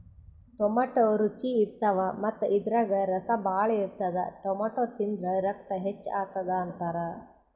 tomato ರುಚಿ ಇರ್ತವ್ ಮತ್ತ್ ಇದ್ರಾಗ್ ರಸ ಭಾಳ್ ಇರ್ತದ್ ಟೊಮ್ಯಾಟೋ ತಿಂದ್ರ್ ರಕ್ತ ಹೆಚ್ಚ್ ಆತದ್ ಅಂತಾರ್